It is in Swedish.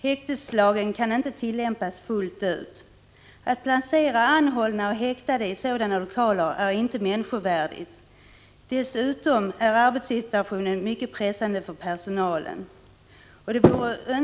Häkteslagen kan inte tillämpas fullt ut. Att placera anhållna och häktade i sådana lokaler är inte människovärdigt. Dessutom är arbetssituationen mycket pressande för personalen.